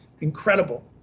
incredible